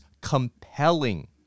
compelling